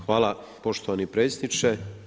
Hvala poštovani predsjedniče.